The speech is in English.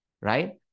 right